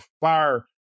fire